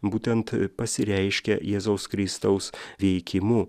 būtent pasireiškia jėzaus kristaus veikimu